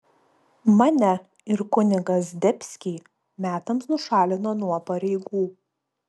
mane ir kunigą zdebskį metams nušalino nuo pareigų